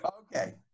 Okay